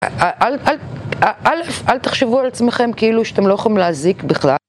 א' אל תחשבו על עצמכם כאילו שאתם לא יכולים להזיק בכלל